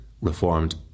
Reformed